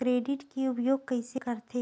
Credit के उपयोग कइसे करथे?